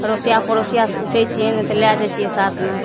अरोसिया पड़ोसियासँ पुछै छियै नहि तऽ लए जाइ छियै साथमे